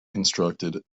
constructed